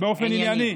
באופן ענייני.